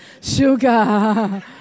Sugar